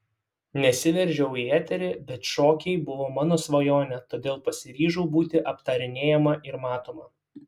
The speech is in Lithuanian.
nesiveržiau į eterį bet šokiai buvo mano svajonė todėl pasiryžau būti aptarinėjama ir matoma